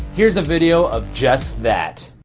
here's a video of just that.